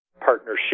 partnership